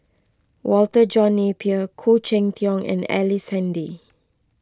Walter John Napier Khoo Cheng Tiong and Ellice Handy